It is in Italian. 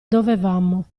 dovevamo